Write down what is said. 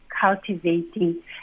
cultivating